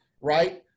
right